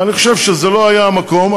אני חושב שזה לא היה המקום,